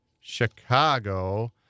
Chicago